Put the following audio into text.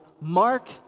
Mark